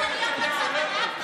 זה להיות בצבא.